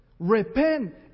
Repent